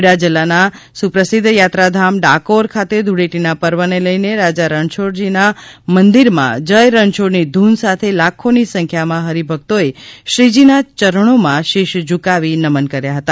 ખેડા જિલ્લાના સુપ્રસિદ્ધ યાત્રાધામ ડાકોર ખાતે ધુળેટીના પર્વને લઈને રાજા રણછોડજીના મંદિરમાં જય રણછોડની ધૂન સાથે લાખોની સંખ્યામાં હરિભક્તોએ શ્રીજીના ચરણોમાં શિશ ઝૂકાવી નમન કર્યા હતા